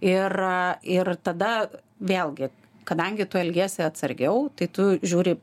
ir ir tada vėlgi kadangi tu elgiesi atsargiau tai tu žiūri